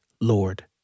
Lord